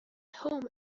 home